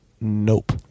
nope